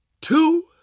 two